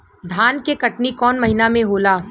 धान के कटनी कौन महीना में होला?